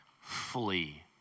flee